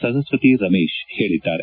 ಸರಸ್ನತಿ ರಮೇಶ್ ಹೇಳಿದ್ದಾರೆ